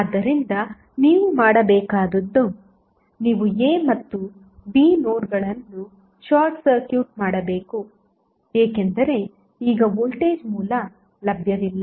ಆದ್ದರಿಂದ ನೀವು ಮಾಡಬೇಕಾದುದು ನೀವು a ಮತ್ತು b ನೋಡ್ಗಳನ್ನು ಶಾರ್ಟ್ ಸರ್ಕ್ಯೂಟ್ ಮಾಡಬೇಕು ಏಕೆಂದರೆ ಈಗ ವೋಲ್ಟೇಜ್ ಮೂಲ ಲಭ್ಯವಿಲ್ಲ